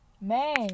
Man